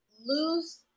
lose